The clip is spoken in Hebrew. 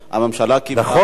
הממשלה קיבלה החלטה, נכון.